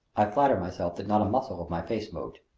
i flatter myself that not a muscle of my face moved.